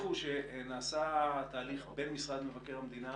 נעשה תהליך בין משרד מבקר המדינה